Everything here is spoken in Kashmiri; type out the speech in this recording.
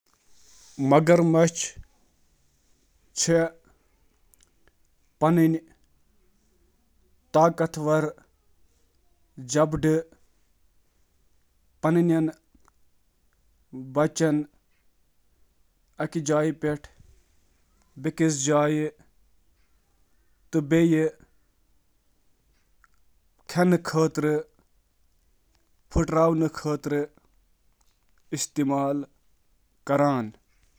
مگرمچھ چھِ پنٕنۍ طاقتور جبڑے مُختٔلِف مقصدَو باپتھ استعمال کران، یَتھ منٛز شٲمِل چھِ: crushing, grasping, snatching, pick up تہٕ باقی